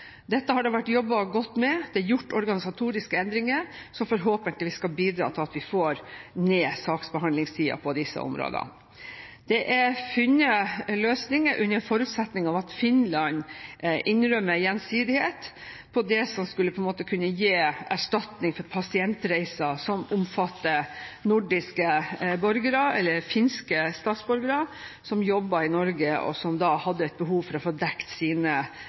Dette har det vært jobbet godt med. Det er gjort organisatoriske endringer som forhåpentligvis skal bidra til at vi får ned saksbehandlingstida på disse områdene. Det er funnet løsninger, under forutsetning av at Finland innrømmer gjensidighet, på det som skulle kunne gi erstatning for pasientreiser som omfatter nordiske borgere – eller finske statsborgere – som jobbet i Norge, og som da hadde et behov for å få dekket sine